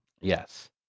yes